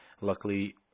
Luckily